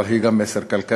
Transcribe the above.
אבל היא גם מסר כלכלי,